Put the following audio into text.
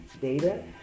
data